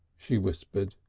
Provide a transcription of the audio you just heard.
she whispered.